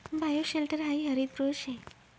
bioshelter हायी हरितगृह शे